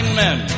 men